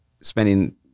spending